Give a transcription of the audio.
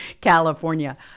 california